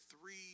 three